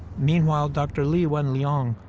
meanwhile, dr. li wenliang,